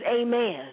amen